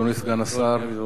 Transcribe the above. אדוני סגן השר,